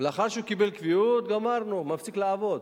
ולאחר שהוא קיבל קביעות, גמרנו, הוא מפסיק לעבוד.